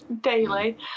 daily